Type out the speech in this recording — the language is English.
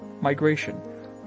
migration